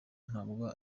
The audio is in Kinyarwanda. ntabwo